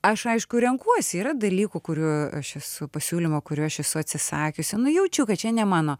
aš aišku renkuosi yra dalykų kurių aš esu pasiūlymo kurių aš esu atsisakiusi nu jaučiu kad čia ne mano